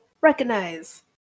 recognize